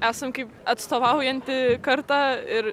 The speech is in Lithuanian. esam kaip atstovaujanti karta ir